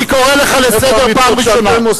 אני קורא אותך לסדר פעם ראשונה.